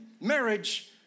marriage